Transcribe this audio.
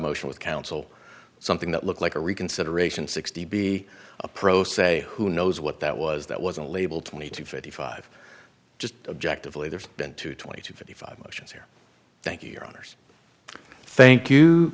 motion with counsel something that looked like a reconsideration sixty be a pro se who knows what that was that was a label twenty two fifty five just objective lay there's been to twenty to fifty five motions here thank you your honors thank you